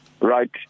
right